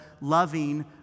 loving